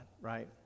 right